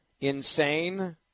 insane